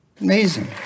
Amazing